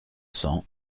cents